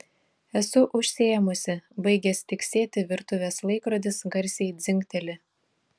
esu užsiėmusi baigęs tiksėti virtuvės laikrodis garsiai dzingteli